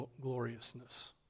gloriousness